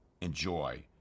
Enjoy